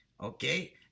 Okay